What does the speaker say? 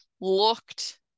looked